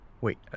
Wait